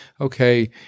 okay